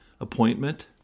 appointment